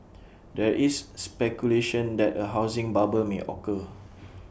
there is speculation that A housing bubble may occur